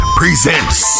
presents